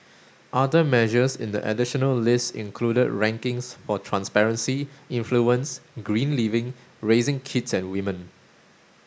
other measures in the additional list included rankings for transparency influence green living raising kids and women